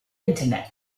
internet